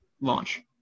launch